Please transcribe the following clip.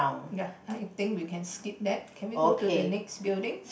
ya I think we can skip that can we go to the next building